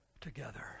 together